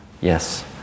Yes